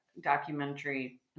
documentary